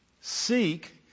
Seek